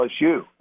LSU